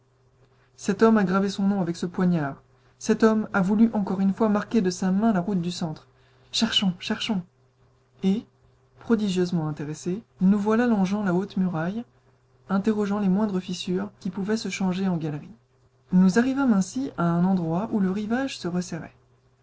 cet homme a gravé son nom avec ce poignard cet homme a voulu encore une fois marquer de sa main la route du centre cherchons cherchons et prodigieusement intéressés nous voilà longeant la haute muraille interrogeant les moindres fissures qui pouvaient se changer en galerie nous arrivâmes ainsi à un endroit où le rivage se resserrait